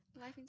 life